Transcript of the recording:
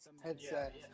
headset